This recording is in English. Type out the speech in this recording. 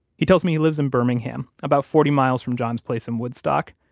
he tells me he lives in birmingham about forty miles from john's place in woodstock.